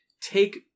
take